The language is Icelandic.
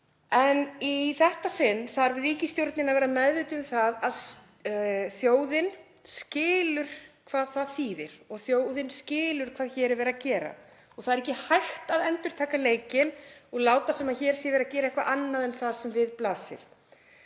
En í þetta sinn þarf ríkisstjórnin að vera meðvituð um það að þjóðin skilur hvað það þýðir og þjóðin skilur hvað hér er verið að gera. Það er ekki hægt að endurtaka leikinn og láta sem hér sé verið að gera eitthvað annað en það sem við blasir.